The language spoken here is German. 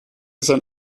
sein